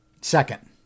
Second